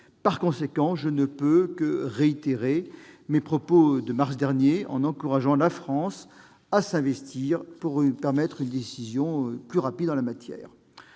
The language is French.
Par conséquent, je ne peux que réitérer mes propos de mars dernier en encourageant la France à s'investir pour permettre une prise de décision plus rapide en la matière.